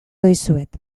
dizuet